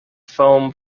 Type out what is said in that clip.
foam